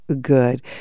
good